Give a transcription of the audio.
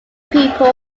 people